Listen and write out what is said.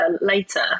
later